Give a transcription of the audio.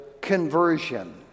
conversion